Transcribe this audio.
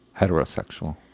heterosexual